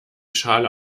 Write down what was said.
schale